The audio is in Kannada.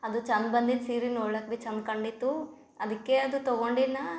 ಅದು ಚಂದ ಬಂದಿತ್ತು ಸೀರಿ ನೋಳಕ್ ಬಿ ಚಂದ ಕಂಡಿತ್ತು ಅದಕ್ಕೆ ಅದು ತಗೊಂಡಿನಾ